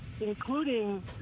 including